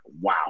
wow